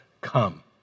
come